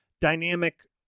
dynamic